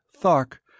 Thark